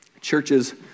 churches